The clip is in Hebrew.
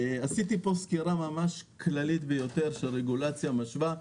עשיתי פה סקירה ממש כללית ביותר של רגולציה משווה.